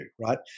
right